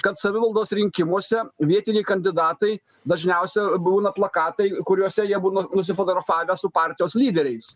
kad savivaldos rinkimuose vietiniai kandidatai dažniausia būna plakatai kuriuose jie būna nusifotografavę su partijos lyderiais